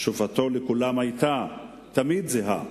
תשובתו לכולם היתה תמיד זהה: